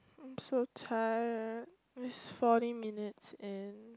I'm so tired it's forty minutes in